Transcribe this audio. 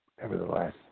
Nevertheless